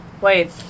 Wait